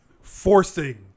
Forcing